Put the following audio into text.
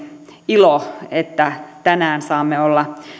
ilo että tänään saamme olla